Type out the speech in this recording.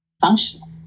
functional